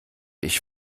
ich